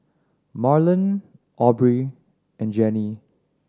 Marlen Aubree and Jenny